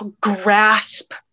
grasp